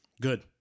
good